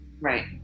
right